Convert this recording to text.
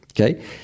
Okay